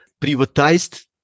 privatized